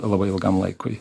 labai ilgam laikui